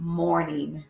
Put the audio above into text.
morning